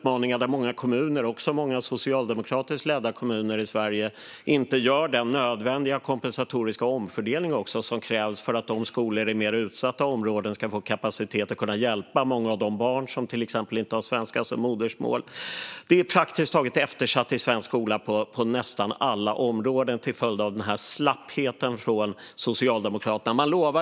Många kommuner, även socialdemokratiskt ledda kommuner i Sverige, gör inte den nödvändiga kompensatoriska omfördelning som krävs för att skolor i mer utsatta områden ska få kapacitet att hjälpa de barn som till exempel inte har svenska som modersmål. Nästan alla områden är eftersatta i svensk skola till följd av Socialdemokraternas slapphet.